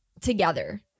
together